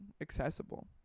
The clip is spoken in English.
accessible